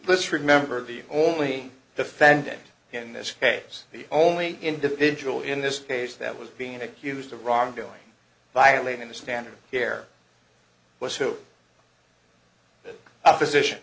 let's remember the only defendant in this case the only individual in this case that was being accused of wrongdoing violating the standard of care was to the opposition